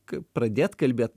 kaip pradėt kalbėt